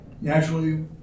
naturally